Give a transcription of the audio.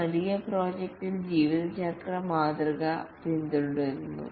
ഒരു വലിയ പ്രോജക്റ്റിൽ ജീവിതചക്ര മാതൃക പിന്തുടരുന്നു